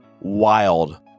wild